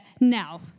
now